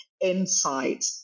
insight